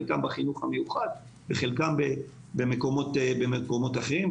חלקם בחינוך המיוחד וחלקם במקומות אחרים.